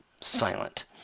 silent